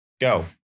go